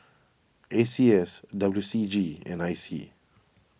A C S W C G and I C